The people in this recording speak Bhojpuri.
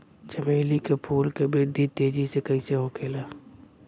चमेली क फूल क वृद्धि तेजी से कईसे होखेला?